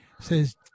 says